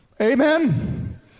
Amen